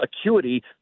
acuity